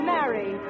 Mary